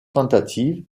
tentatives